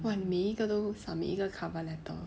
!wah! 你每一个都 submit 一个 cover letter